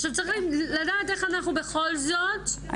עכשיו צריך לדעת איך אנחנו בכל זאת מהדקים את הדבר הזה.